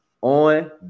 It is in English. on